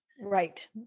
Right